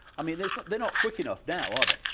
i mean they're not they're not quick enough now are they?